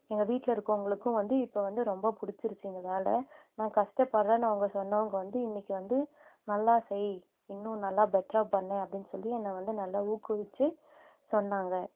எங்கள் வீட்டில் இருக்கவங்களுக்கும் வந்து இப்போ வந்து ரொம்ப பிடிச்சிருச்சி இந்த வேலை நான் கஷ்டப்படறேன் அவங்க சொன்னவங்க வந்து இன்னிக்கு வந்து நல்லா செய் இன்னும் நல்லா பெட்டரா பண்ணு அப்படின் சொல்லி என்னை வந்து நல்லா ஊக்குவித்து சொன்னாங்க